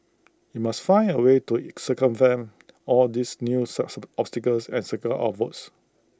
we must find A way to circumvent all these new obstacles and secure our votes